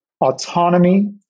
Autonomy